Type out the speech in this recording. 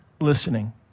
listening